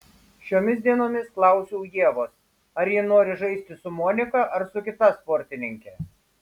šiomis dienomis klausiau ievos ar ji nori žaisti su monika ar su kita sportininke